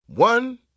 One